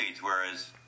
whereas